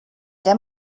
der